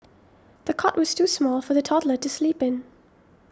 the cot was too small for the toddler to sleep in